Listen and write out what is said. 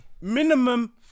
Minimum